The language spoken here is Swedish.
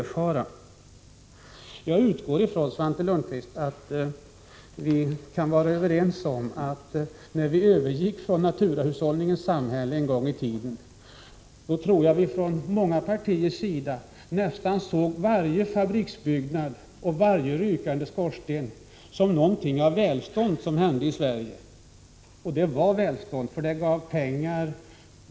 Jag utgår ifrån, Svante Lundkvist, att vi kan vara överens om att när vi en gång i tiden övergick från naturahushållningens samhälle, då såg man från många partiers sida nästan varje fabriksbyggnad och varje rykande skorsten som ett tecken på välstånd i Sverige. Och det innebar välstånd. Det gav pengar.